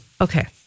Okay